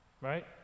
Right